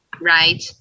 right